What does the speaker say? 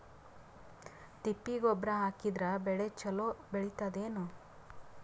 ತಿಪ್ಪಿ ಗೊಬ್ಬರ ಹಾಕಿದರ ಬೆಳ ಚಲೋ ಬೆಳಿತದೇನು?